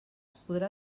podrà